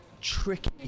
tricky